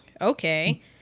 Okay